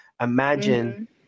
Imagine